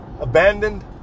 abandoned